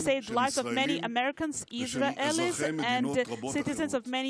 של ישראלים ושל אזרחי מדינות רבות אחרות,